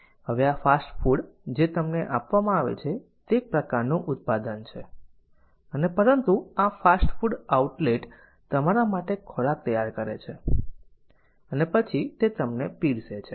હવે આ fast food જે તમને આપવામાં આવે છે તે એક પ્રકારનું ઉત્પાદન છે અને પરંતુ આ ફાસ્ટ ફૂડ આઉટલેટ તમારા માટે ખોરાક તૈયાર કરે છે અને પછી તે તમને પીરસે છે